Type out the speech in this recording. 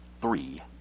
three